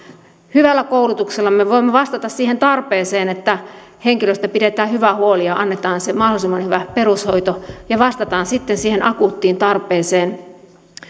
hyvällä koulutuksella me voimme vastata siihen tarpeeseen että henkilöstöstä pidetään hyvä huoli ja annetaan se mahdollisimman hyvä perushoito ja vastataan sitten siihen akuuttiin tarpeeseen